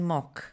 Mock